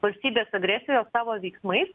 valstybės agresijos savo veiksmais